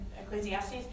Ecclesiastes